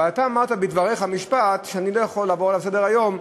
אבל אתה אמרת בדבריך משפט שאני לא יכול לעבור עליו לסדר-היום.